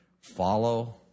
Follow